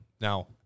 Now